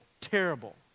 terrible